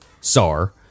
SAR